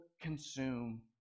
consume